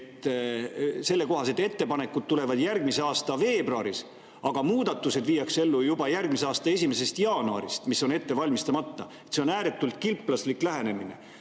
et sellekohased ettepanekud tulevad järgmise aasta veebruaris, aga muudatused viiakse ellu juba järgmise aasta 1. jaanuarist. Need on ette valmistamata. See on ääretult kilplaslik lähenemine.